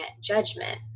judgment